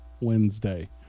wednesday